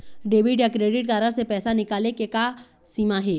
Debit या credit card से पैसा निकाले के का सीमा हे?